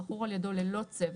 החכור על ידו ללא צוות,